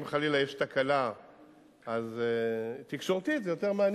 אם חלילה יש תקלה אז תקשורתית זה יותר מעניין,